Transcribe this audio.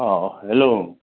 অঁ হেল্ল'